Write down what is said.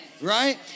right